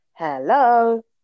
Hello